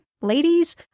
ladies